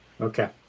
Okay